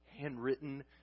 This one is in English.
handwritten